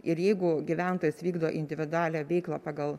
ir jeigu gyventojas vykdo individualią veiklą pagal